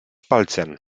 palcem